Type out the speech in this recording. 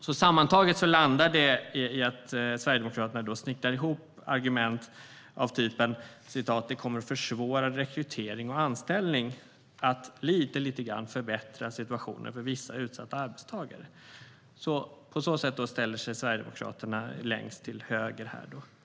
Sammantaget landar det i att Sverigedemokraterna snickrar ihop argument av typen att det "kommer att försvåra rekrytering och anställning" om man förbättrar situationen lite grann för vissa utsatta arbetstagare. På så sätt ställer sig Sverigedemokraterna längst till höger.